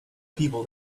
people